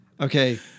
Okay